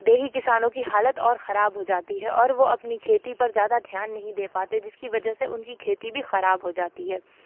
دیہی کسانوں کی حالت اور خراب ہو جاتی ہے اور وہ اپنی کھیتی پر زیادہ دھیان نہیں دے پاتے جس کی وجہ سے ان کی کھیتی بھی خراب ہو جاتی ہے